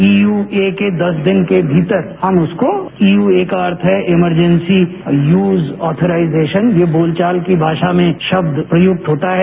ईयूके के दस दिन के भीतर हम उसकों यू ए का अर्थ है इमरजैंसी यूज आथोराइजेशन ये बोलचाल की भाषा में शब्द प्रयुक्त होता है